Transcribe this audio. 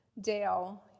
Dale